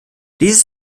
dieses